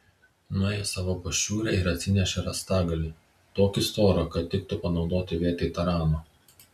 nuėjo į savo pašiūrę ir atsinešė rąstgalį tokį storą kad tiktų panaudoti vietoj tarano